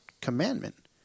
commandment